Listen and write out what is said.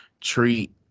treat